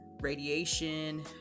radiation